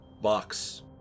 box